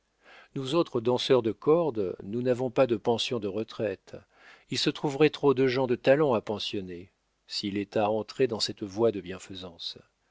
nous autres danseurs de corde nous n'avons pas de pension de retraite il se trouverait trop de gens de talent à pensionner si l'état entrait dans cette voie de bienfaisance